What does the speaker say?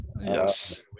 Yes